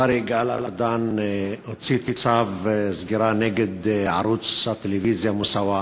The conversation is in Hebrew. השר גלעד ארדן הוציא צו סגירה נגד ערוץ הטלוויזיה "מוסאוא",